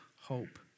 hope